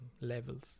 levels